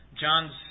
John's